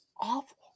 awful